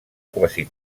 quasi